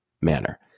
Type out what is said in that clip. manner